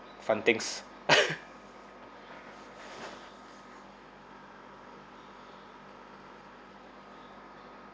fun things